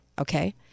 Okay